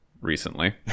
recently